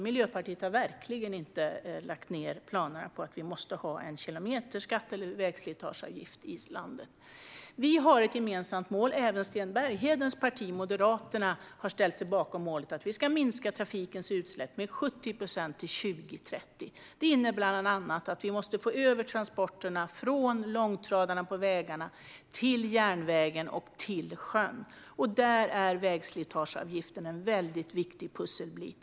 Miljöpartiet har verkligen inte lagt ned planerna på att vi ska ha en kilometerskatt eller vägslitageavgift i landet. Vi har ett gemensamt mål, som även Sten Berghedens parti, Moderaterna, har ställt sig bakom. Vi ska minska trafikens utsläpp med 70 procent till 2030. Det innebär bland annat att vi måste få över transporterna från långtradarna på vägarna till järnvägen och sjön. Där är vägslitageavgiften en viktig pusselbit.